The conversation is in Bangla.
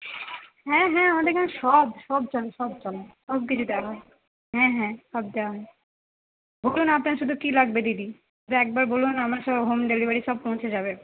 হ্যাঁ হ্যাঁ আমাদের এখানে সব সব চলে সব চলে সব কিছু দেওয়া হয় হ্যাঁ হ্যাঁ সব দেওয়া হয় বলুন আপনার শুধু কি লাগবে দিদি শুধু একবার বলুন আমার সব হোম ডেলিভারি সব পৌঁছে যাবে